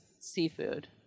seafood